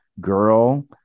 girl